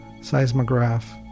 seismograph